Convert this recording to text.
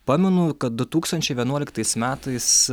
pamenu kad du tūkstančiai vienuoliktais metais